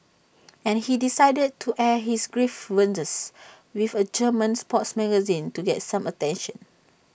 and he decided to air his grievances with A German sports magazine to get some attention